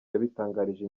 yabitangarije